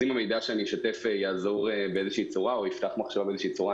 אם המידע שאני אשתף יעזור באיזושהי צורה או יפתח מחשבה באיזושהי צורה,